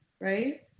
right